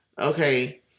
okay